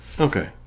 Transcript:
Okay